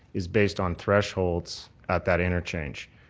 is based on thresholds at that interchange.